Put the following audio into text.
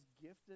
gifted